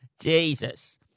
Jesus